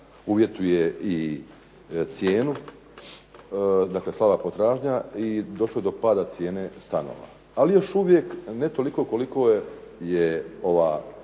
uvjetuje i cijenu, dakle slaba potražnja i došlo je do pada cijene stanova, ali još uvijek ne toliko koliko je ova